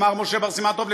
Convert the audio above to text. אמר משה בר סימן טוב,